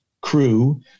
crew